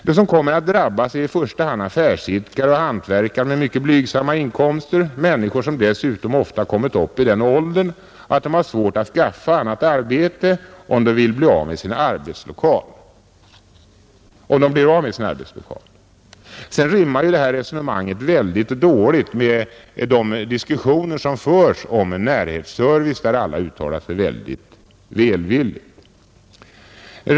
De som kommer att drabbas är i första hand affärsidkare och hantverkare med mycket blygsamma inkomster, människor som dessutom ofta kommit upp i den åldern att de har svårt att skaffa sig annat arbete, om de blir av med sin arbetslokal. Sedan rimmar ju det här resonemanget väldigt dåligt med de diskussioner som förs om en närhetsservice, som alla uttalat sig mycket välvilligt om.